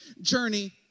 journey